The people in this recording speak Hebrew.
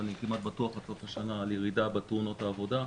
ואני כמעט בטוח עד סוף השנה על ירידה בתאונות העבודה.